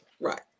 Right